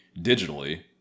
digitally